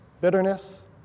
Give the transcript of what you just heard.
bitterness